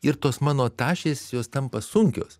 ir tos mano tašės jos tampa sunkios